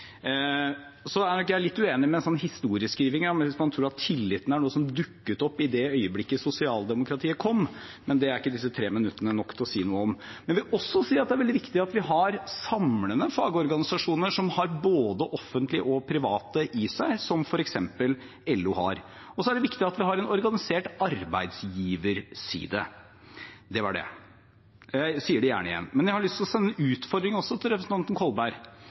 Så er jeg nok litt uenig i historieskrivingen hvis man tror at tilliten er noe som dukket opp i det øyeblikket sosialdemokratiet kom, men det er ikke disse tre minuttene nok til å si noe om. Men jeg vil også si at det er veldig viktig at vi har samlende fagorganisasjoner som har både offentlige og private i seg, som f.eks. LO har. Og så er det viktig at vi har en organisert arbeidsgiverside. – Det var det, og jeg sier det gjerne igjen. Men jeg har lyst til å sende en utfordring til representanten Kolberg